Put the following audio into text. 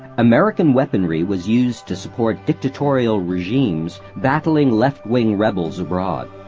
american weaponry was used to support dictatorial regimes battling left-wing rebels abroad.